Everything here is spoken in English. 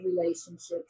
relationships